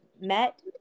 met